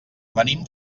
venim